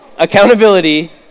Accountability